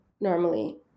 normally